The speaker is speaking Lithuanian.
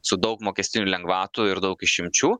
su daug mokestinių lengvatų ir daug išimčių